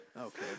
Okay